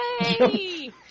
Yay